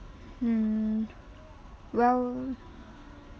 mm well